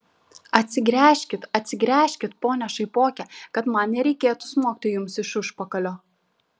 atsigręžkit atsigręžkit pone šaipoke kad man nereikėtų smogti jums iš užpakalio